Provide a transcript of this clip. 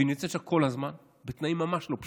והיא נמצאת שם כל הזמן, בתנאים ממש לא פשוטים.